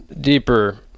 deeper